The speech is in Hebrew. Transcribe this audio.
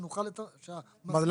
שנוכל --- אבל,